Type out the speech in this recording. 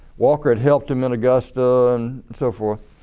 walker had helped him in augusta and so forth.